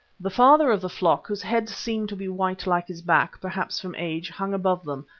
the father of the flock, whose head seemed to be white like his back, perhaps from age, hung above them,